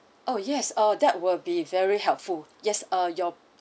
oh yes uh that would be very helpful yes uh your